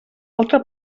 altre